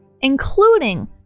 including